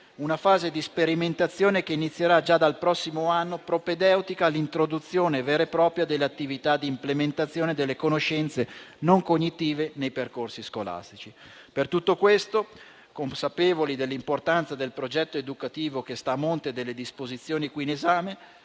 una fase di sperimentazione, che inizierà già dal prossimo anno, propedeutica all'introduzione vera e propria delle attività di implementazione delle conoscenze non cognitive nei percorsi scolastici. Per tutto questo, consapevoli dell'importanza del progetto educativo che sta a monte delle disposizioni qui in esame,